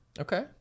Okay